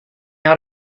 out